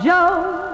Joe